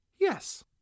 Yes